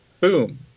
boom